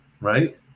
right